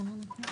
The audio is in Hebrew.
איפה?